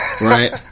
right